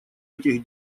этих